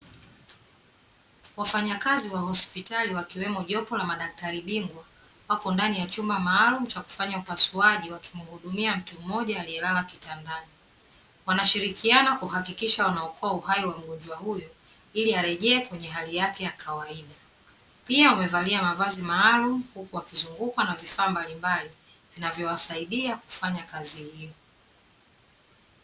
Wafanyakazi wa hospitali wakiwemo jopo la madaktari bingwa wako ndani ya chumba maalumu chakufanyia upasuaji wakimhudumia mtu mmoja aliye lala kitandani, wanashirikiana kuhakikisha wanaokoa uhai wa mgonjwa huyo iliarejee kwenye hali yake ya kawaida, pia wamevalia mavazi maalumu wakizungukwa na vifaa mbalimbali vinavyo wasaidia kufanya kazi hiyo.